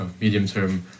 medium-term